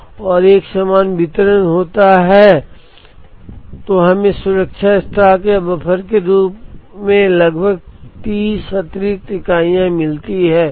तो या तो एक एकीकृत मॉडल का उपयोग कर सकता है या कोई केवल आदेश मात्रा गणना क्यू और अलग अलग गणना आर अलग कर सकता है